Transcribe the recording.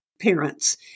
parents